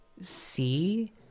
see